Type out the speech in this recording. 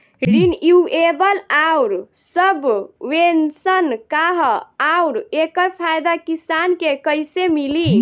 Renewable आउर subvention का ह आउर एकर फायदा किसान के कइसे मिली?